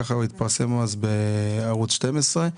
כך התפרסם אז בערוץ 12,